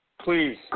please